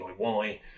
DIY